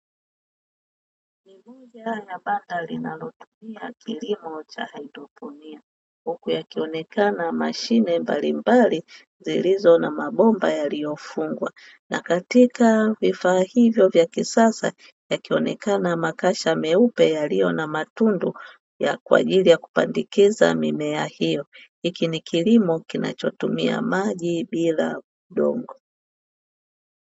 Ni moja ya banda linalotumia kilimo cha haidroponi, huku yakionekana mashine mbalimbali zilizo na mabomba yaliyofungwa; na katika vifaa hivyo vya kisasa yakionekana makasha meupe yaliyo na matundu kwa ajili ya kupandikiza mimea hiyo. Hiki ni kilimo kinachotumia maji bila udongo.